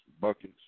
buckets